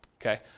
Okay